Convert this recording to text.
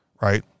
right